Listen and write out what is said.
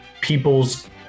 people's